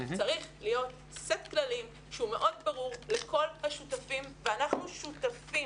צריך להיות סט כללים שהוא מאוד ברור לכל השותפים ואנחנו שותפים.